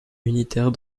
unitaire